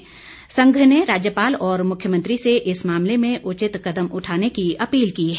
छात्र संघ ने राज्यपाल और मुख्यमंत्री से इस मामले में उचित कदम उठाने की अपील की है